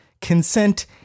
consent